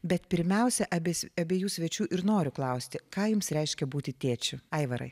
bet pirmiausia abi abiejų svečių ir noriu klausti ką jums reiškia būti tėčiu aivarai